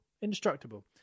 Indestructible